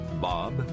Bob